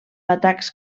atacs